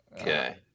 Okay